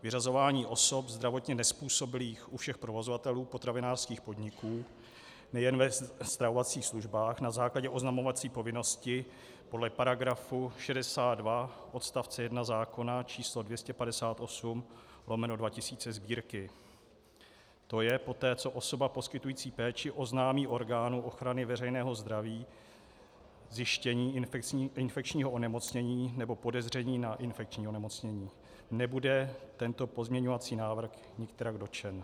Vyřazování osob zdravotně nezpůsobilých u všech provozovatelů potravinářských podniků, nejen ve stravovacích službách, na základě oznamovací povinnosti podle § 62 odst. 1 zákona č. 258/2000 Sb., tj. poté, co osoba poskytující péči oznámí orgánu ochrany veřejného zdraví zjištění infekčního onemocnění nebo podezření na infekční onemocnění, nebude tento pozměňovací návrh nikterak dotčen.